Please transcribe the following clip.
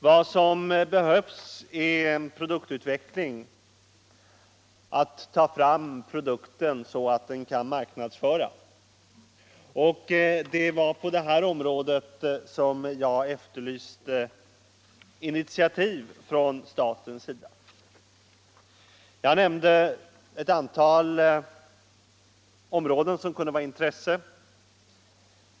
Vad som behövs är en produktutveckling, så att produkten kan marknadsföras. Det var på det här området jag efterlyste initiativ från statens sida. Jag nämnde ett antal områden som kunde vara av intresse.